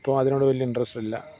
ഇപ്പോൾ അതിനോട് വലിയ ഇന്ററസ്റ്റ് ഇല്ല